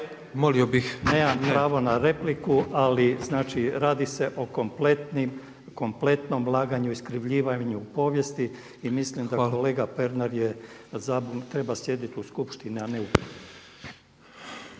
Molio bih./… Nemam pravo na repliku ali znači radi se o kompletnom laganju, iskrivljivanju povijesti i mislim da kolega Pernar je, treba sjediti u skupštini a ne …/Govornik